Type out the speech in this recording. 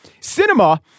cinema